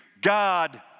God